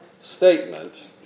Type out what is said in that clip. statement